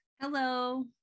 Hello